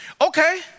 okay